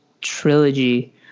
trilogy